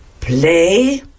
play